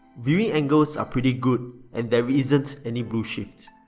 viewing angles are pretty good and there isn't any blue shift.